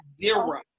zero